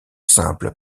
simple